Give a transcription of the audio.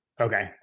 Okay